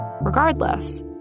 Regardless